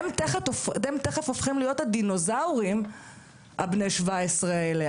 הם תיכף הופכים להיות הדינוזאורים בני 17 האלה.